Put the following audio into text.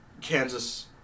Kansas